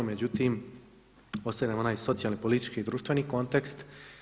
Međutim, ostaje nam onaj socijalni, politički i društveni kontekst.